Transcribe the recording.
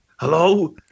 Hello